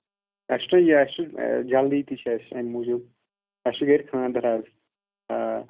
اَسہِ چھُنہ یہِ اَسہِ چھُ یہِ جلدی تہِ چھِ اَسہِ اَمہِ موٗجوٗب اَسہِ چھُ گَرِ خاندَر حظ آ